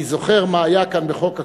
אני זוכר מה היה כאן בחוק הקולנוע,